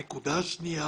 הנקודה השנייה